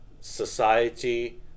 society